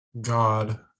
God